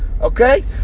Okay